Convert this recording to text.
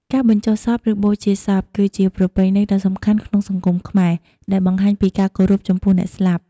ការបញ្ចុះសព ឬបូជាសព គឺជាប្រពៃណីដ៏សំខាន់ក្នុងសង្គមខ្មែរ ដែលបង្ហាញពីការគោរពចំពោះអ្នកស្លាប់។